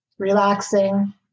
relaxing